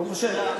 ברוך השם.